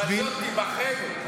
"בזאת תבחנו".